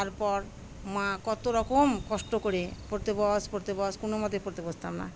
তারপর মা কত রকম কষ্ট করে পড়তে বস পড়তে বস কোনো মতে পড়তে বসতাম না